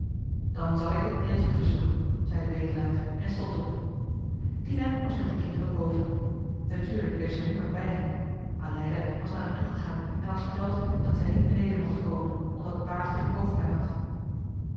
dan zal ik het neeltje verzoeken zeide wedelaar en stond op dina was met de kinderen boven natuurlijk bleef zij nu nog bij hen aleida was naar hen toe gegaan johan de meester de zonde in het deftige dorp en had verteld dat zij niet beneden mochten komen omdat paatje hoofdpijn had